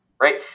right